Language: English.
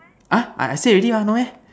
ah I say already mah no meh